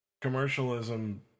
commercialism